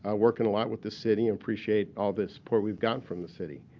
ah working a lot with the city and appreciate all the support we've gotten from the city.